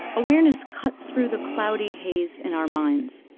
awareness cuts through the cloudy haze in our minds,